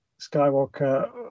skywalker